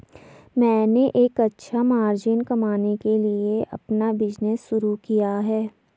मैंने एक अच्छा मार्जिन कमाने के लिए अपना बिज़नेस शुरू किया है